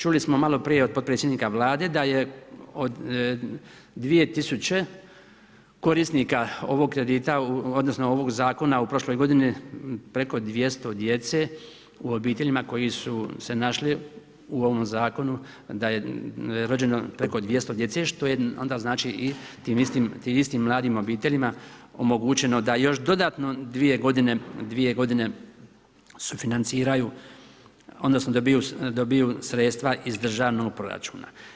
Čuli smo maloprije od podpredsjednika Vlade da je od 2000 korisnika ovog kredita, odnosno ovog zakona u prošloj godini preko 200 djece u obiteljima koji su se našli u ovom zakonu da je rođeno preko 200 djece, što je onda znači tim istim mladim obiteljima omogućeno da još dodatno 2 godine sufinanciraju, odnosno dobiju sredstva iz državnog proračuna.